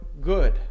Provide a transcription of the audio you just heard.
good